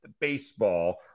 baseball